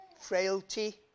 frailty